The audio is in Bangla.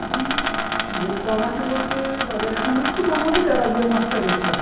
এখন রেট কম আছে বলতে বাজারে এখন একটু কম বলতে তেলাপিয়া মাছটার রেট কম